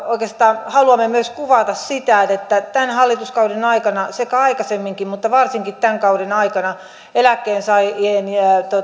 oikeastaan haluamme myös kuvata sitä että sekä tämän hallituskauden aikana että aikaisemminkin mutta varsinkin tämän kauden aikana eläkkeensaajien